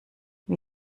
wie